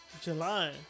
July